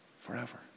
forever